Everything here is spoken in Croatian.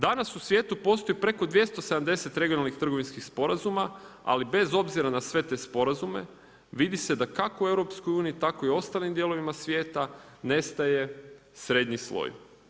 Danas u svijetu postoji preko 270 regionalnih trgovinskih sporazuma, ali bez obzira na sve te sporazume, vidi se da kako u EU-u tako i u ostalim dijelovima svijeta, nestaje srednji sloj.